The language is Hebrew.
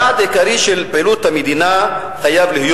יעד עיקרי של פעילות המדינה חייב להיות